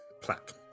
plaque